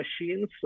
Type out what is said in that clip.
machines